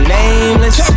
nameless